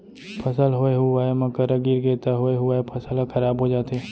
फसल होए हुवाए म करा गिरगे त होए हुवाए फसल ह खराब हो जाथे